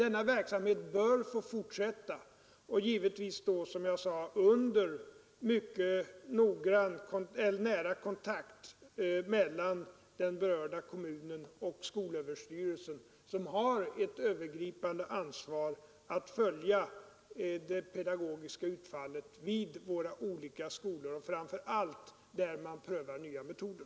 Men verksamheten bör få fortsätta och då under mycket nära kontakt mellan den berörda kommunen och skolöverstyrelsen, som har ett övergripande ansvar att följa det pedagogiska utfallet vid våra olika skolor och framför allt där man prövar nya metoder.